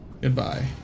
Goodbye